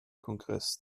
kongress